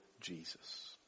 Jesus